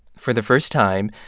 for the first time,